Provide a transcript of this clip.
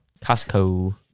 Costco